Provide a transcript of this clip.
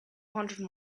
hundred